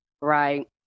Right